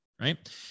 right